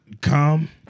Come